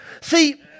See